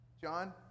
John